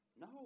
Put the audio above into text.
No